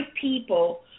people